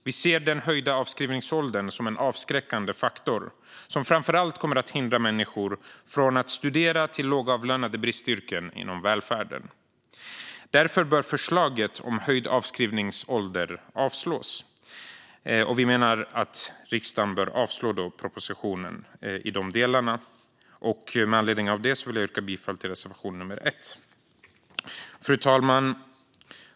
Vi ser den höjda avskrivningsåldern som en avskräckande faktor som framför allt kommer att hindra människor från att studera till lågavlönade bristyrken inom välfärden. Därför bör förslaget om höjd avskrivningsålder avslås. Vi menar att riksdagen bör avslå propositionen i de delarna. Med anledning av det vill jag yrka bifall till reservation nummer 1. Fru talman!